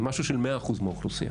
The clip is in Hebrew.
זה משהו של 100% מהאוכלוסייה.